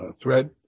thread